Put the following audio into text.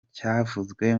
cyavuzwe